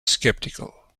sceptical